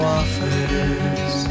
offers